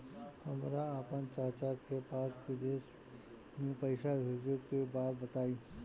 हमरा आपन चाचा के पास विदेश में पइसा भेजे के बा बताई